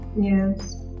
Yes